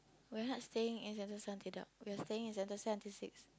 we are not staying in Sentosa until dark we are staying in Sentosa until six